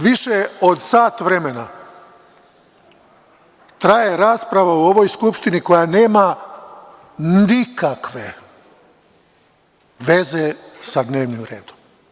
Više od sat vremena traje rasprava u ovoj Skupštini koja nema nikakve veze sa dnevnim redom.